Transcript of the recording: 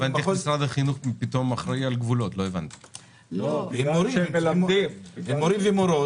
הם מורים ומורות,